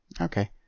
okay